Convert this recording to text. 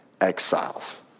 exiles